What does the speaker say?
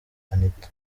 anita